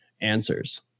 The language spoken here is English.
answers